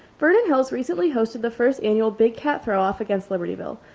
vernon hills recently hosted the first annual big cat throw off against libertyville.